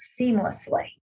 seamlessly